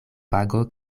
pago